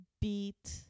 beat